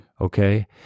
Okay